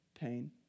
pain